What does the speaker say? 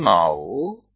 જોડવા જશું